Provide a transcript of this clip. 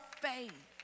faith